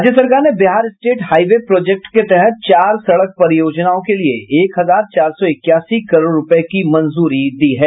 राज्य सरकार ने बिहार स्टेट हाईवे प्रोजेक्ट के तहत चार सड़क परियोजनाओं के लिये एक हजार चार सौ इक्यासी करोड़ रूपये की मंजूरी दी है